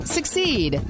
Succeed